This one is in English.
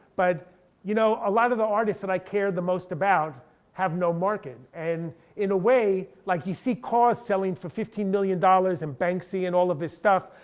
but you know a lot of the artists that i care the most about have no market, and in a way, like you see kaws selling for fifteen million dollars, and banksy and all of this stuff.